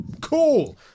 Cool